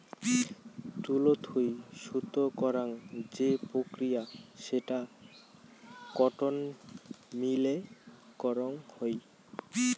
তুলো থুই সুতো করাং যে প্রক্রিয়া সেটা কটন মিল এ করাং হই